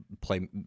play